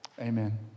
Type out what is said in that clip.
Amen